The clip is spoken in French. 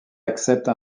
accepte